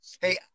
Hey